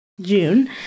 June